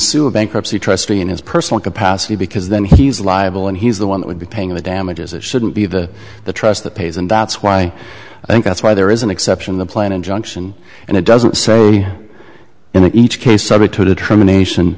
a bankruptcy trustee in his personal capacity because then he's liable and he's the one who would be paying the damages it shouldn't be the the trust that pays and that's why i think that's why there is an exception the plan injunction and it doesn't so in each case subject to a determination